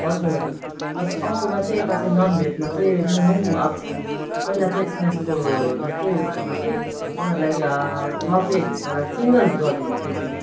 हजुर हजुर अन्त अर्कोमा चाहिँ यता चाहिँ नन भेजमा चाहिँ मोमो पनि अब पहिला चाहिँ स्नाक्सको जस्तै उएसमा चाहिँ उनीहरूलाई छ प्लेट र सिङ्गल गरिदिनुहोस् त्यो चाहिँ